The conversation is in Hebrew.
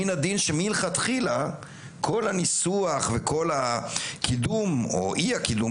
מן הדין שמלכתחילה כל הניסוח וכל הקידום או אי קידום